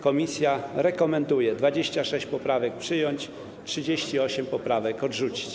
Komisja rekomenduje 26 poprawek przyjąć, 38 poprawek odrzucić.